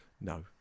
No